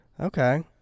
Okay